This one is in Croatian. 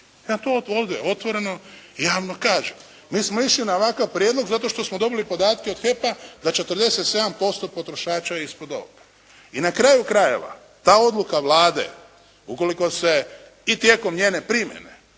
ovdje otvoreno javno kažem. Mi smo išli na ovakav prijedlog zato što smo dobili podatke od HEP-a da je 47% potrošača ispod ovoga. I na kraju krajeva ta odluka Vlade ukoliko se i tijekom njene primjene